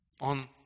On